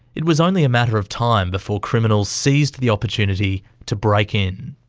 it was only a matter of time before criminals seized the opportunity to break in.